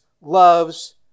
loves